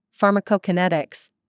pharmacokinetics